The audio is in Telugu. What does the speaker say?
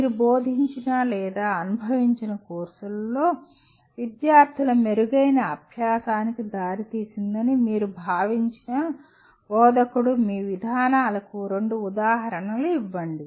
మీరు బోధించిన లేదా అనుభవించిన కోర్సులలో విద్యార్థుల మెరుగైన అభ్యాసానికి దారితీసిందని మీరు భావించిన బోధనకు మీ విధానాలకు రెండు ఉదాహరణలు ఇవ్వండి